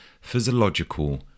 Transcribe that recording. physiological